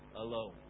alone